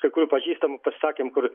kai kurių pažįstamų pasisakymų kur